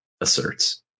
asserts